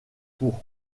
pour